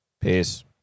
Peace